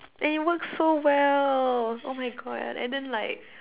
and it works so well oh my God and then like